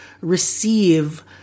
receive